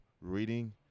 reading